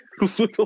little